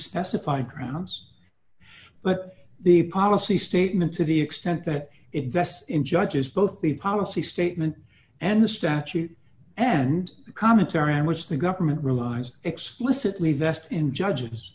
specified grounds but the policy statement to the extent that it vests in judges both the policy statement and the statute and commentary on which the government relies explicitly vested in judges